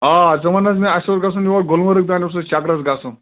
آ ژٕ وَن حظ مےٚ اَسہِ اوس گژھُن یور گُلمرگ تانۍ اوس اَسہِ چَکرَس گژھُن